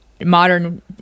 Modern